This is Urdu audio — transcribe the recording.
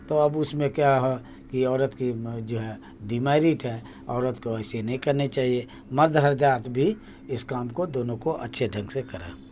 تو اب اس میں کیا ہے کہ عورت کی جو ہے ڈی میرٹ ہے عورت کو ایسے نہیں کرنی چاہیے مرد حضرات بھی اس کام کو دونوں کو اچھے ڈھنگ سے کریں